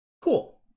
Cool